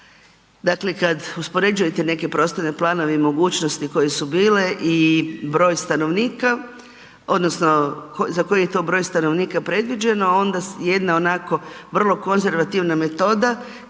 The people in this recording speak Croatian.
dakle uspoređujete neke prostorne planove i mogućnosti koje su bile i broj stanovnika odnosno za koje je to broj stanovnika predviđeno, onda jedna onako vrlo konzervativna metoda,